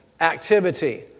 activity